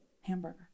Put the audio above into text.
hamburger